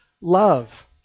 love